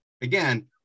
again